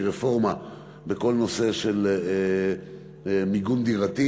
רפורמה בכל הנושא של מיגון דירתי,